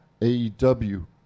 AEW